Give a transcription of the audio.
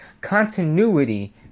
Continuity